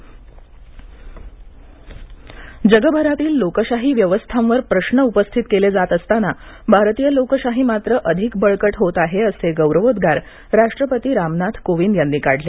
कोविंद जगभरातील लोकशाही व्यवस्थांवर प्रश्न उपस्थित केले जात असताना भारतीय लोकशाही मात्र अधिक बळकट होत आहे असे गौरवोद्गार राष्ट्रपती रामनाथ कोविंद यांनी काढले